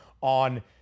on